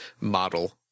model